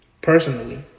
personally